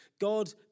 God